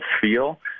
feel